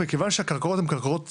מכיוון שהקרקעות הן קרקעות ציבוריות,